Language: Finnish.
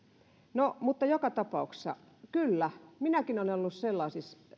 joka tapauksessa kyllä minäkin olen ollut